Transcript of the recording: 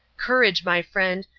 courage, my friend,